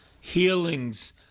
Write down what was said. healings